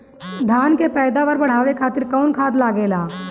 धान के पैदावार बढ़ावे खातिर कौन खाद लागेला?